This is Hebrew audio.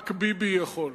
רק ביבי יכול.